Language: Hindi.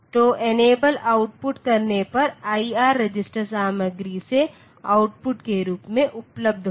तो इनेबल आउटपुट करने पर IR रजिस्टर सामग्री से आउटपुट के रूप में उपलब्ध होगा